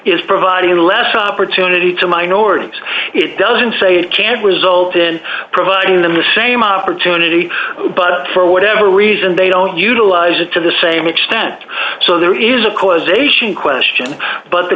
is providing the last opportunity to minorities it doesn't say it can result in providing them the same opportunity but for whatever reason they don't utilize it to the same extent so there is a causation question but the